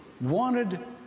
wanted